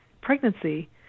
pregnancy